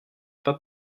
pas